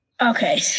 Okay